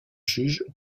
juge